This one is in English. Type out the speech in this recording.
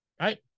Right